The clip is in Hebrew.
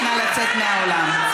נא לצאת מהאולם.